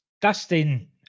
Dustin